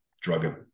drug